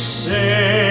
say